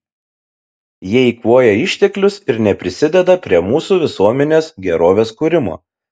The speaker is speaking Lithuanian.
jie eikvoja išteklius ir neprisideda prie mūsų visuomenės gerovės kūrimo